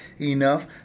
enough